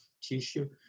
tissue